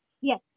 Yes